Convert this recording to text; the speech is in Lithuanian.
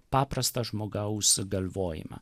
paprastą žmogaus galvojimą